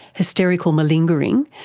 hysterical malingering,